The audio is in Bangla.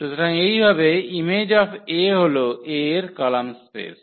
সুতরাং এইভাবে Im𝐴 হল 𝐴 এর কলাম স্পেস